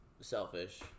selfish